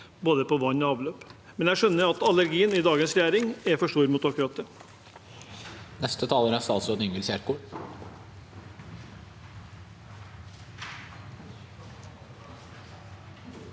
både vann og avløp. Men jeg skjønner at allergien i dagens regjering er for stor mot